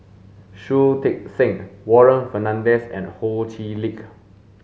Shui Tit Sing Warren Fernandez and Ho Chee Lick